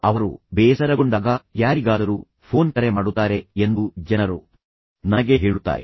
ಅವರು ಬೇಸರಗೊಂಡಾಗ ಯಾರಿಗಾದರೂ ಫೋನ್ ಕರೆ ಮಾಡುತ್ತಾರೆ ಎಂದು ಜನರು ನನಗೆ ಹೇಳುತ್ತಾರೆ